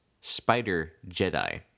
Spider-Jedi